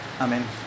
Amen